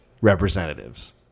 representatives